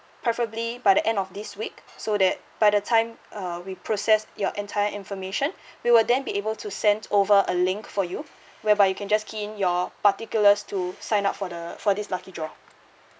preferably by the end of this week so that by the time uh we process your entire information we will then be able to send over a link for you whereby you can just key in your particulars to sign up for the for this lucky draw